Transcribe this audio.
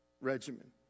regimen